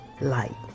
light